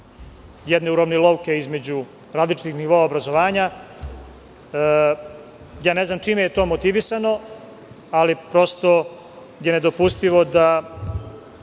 jedne uravnilovke između različitih nivoa obrazovanja. Ne znam čime je to motivisano, ali prosto je nedopustivo da